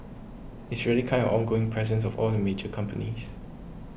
it's really kind of ongoing presence of all the major companies